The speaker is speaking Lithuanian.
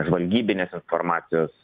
žvalgybinės informacijos